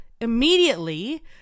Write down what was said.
immediately